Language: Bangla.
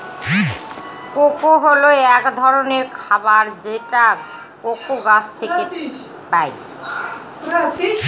কোকো হল এক ধরনের খাবার যেটা কোকো গাছ থেকে পায়